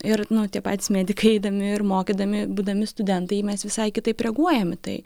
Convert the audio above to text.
ir nu tie patys medikai eidami ir mokydami būdami studentai mes visai kitaip reaguojam į tai